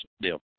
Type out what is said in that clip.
deal